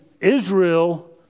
Israel